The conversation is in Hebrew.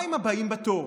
מה עם הבאים בתור?